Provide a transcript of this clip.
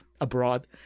abroad